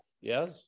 yes